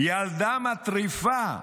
ילדה מטריפה,